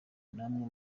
namwe